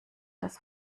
das